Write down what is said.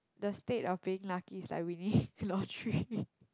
the state of being lucky is like winning lottery